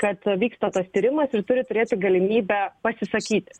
kad vyksta tas tyrimas ir turi turėti galimybę pasisakyti